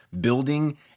building